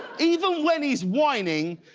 even when he's whining,